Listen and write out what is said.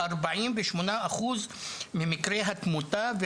48% ממקרי התמותה,